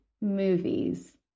movies